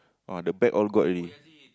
!wah! the back all got already